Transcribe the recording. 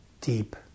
deep